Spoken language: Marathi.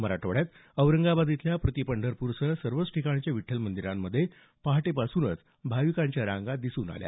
मराठवाड्यात औरंगाबाद इथल्या प्रतिपंढरपूर सह सर्वच विठ्ठल मंदिरामध्ये पहाटे पासूनच भाविकांच्या रांगा दिसून आल्या